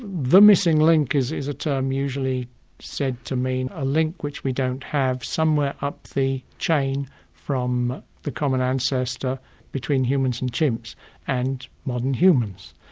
the missing link is is a term usually said to mean a link which we don't have somewhere up the chain from the common ancestor between humans and chimps and modern humans.